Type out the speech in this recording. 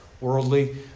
worldly